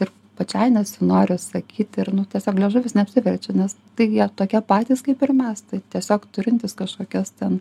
ir pačiai nesinori sakyti ir nu tiesiog liežuvis neapsiverčia nes tai jie tokie patys kaip ir mes tai tiesiog turintys kažkokias ten